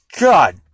God